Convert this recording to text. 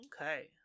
Okay